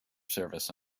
service